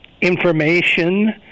information